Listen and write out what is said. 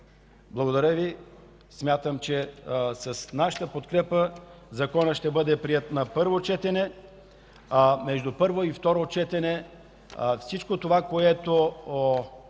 Благодаря Ви. Смятам, че с нашата подкрепа законопроектът ще бъде приет на първо четене, а между първо и второ четене всичко това, което